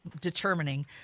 determining